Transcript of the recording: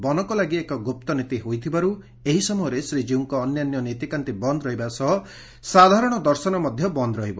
ବନକ ଲାଗି ଏକ ଗୁପ୍ତ ନୀତି ହୋଇଥିବାରୁ ଏହି ସମୟରେ ଶ୍ରୀକୀଉଙ୍କ ଅନ୍ୟାନ୍ୟ ନୀତିକାନ୍ତି ବନ୍ଦ ରହିବା ସହ ସାଧାରଣ ଦର୍ଶନ ମଧ୍ଧ ବନ୍ଦ ରହିବ